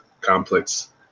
complex